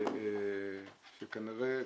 שכנראה